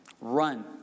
run